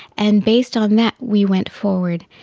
and based on that we went forward.